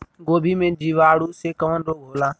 गोभी में जीवाणु से कवन रोग होला?